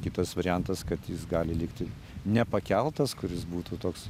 kitas variantas kad jis gali likti nepakeltas kuris būtų toks